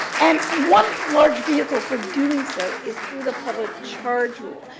and one large vehicle for doing so is through the public charge rule.